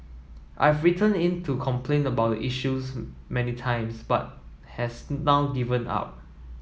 I've written in to complain about the issues many times but has now given up